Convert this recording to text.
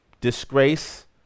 disgrace